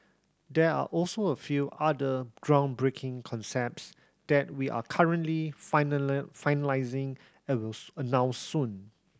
there are also a few other groundbreaking concepts that we're currently finalising and will announce soon